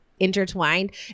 Intertwined